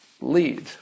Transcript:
lead